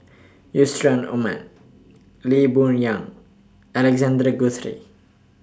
Aman Lee Boon Yang Alexander Guthrie